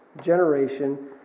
generation